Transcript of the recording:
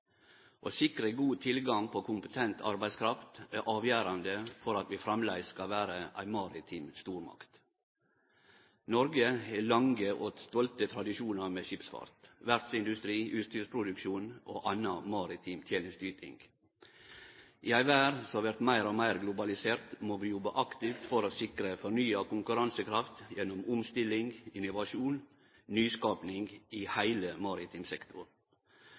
Å sikre god tilgang på kompetent arbeidskraft er avgjerande for at vi framleis skal vere ei maritim stormakt. Noreg har lange og stolte tradisjonar med skipsfart, verftsindustri, utstyrsproduksjon og anna maritim tenesteyting. I ei verd som vert meir og meir globalisert, må vi jobbe aktivt for å sikre fornya konkurransekraft gjennom omstilling, innovasjon og nyskaping i heile